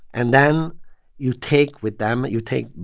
and then you take with them you take,